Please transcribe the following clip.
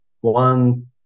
one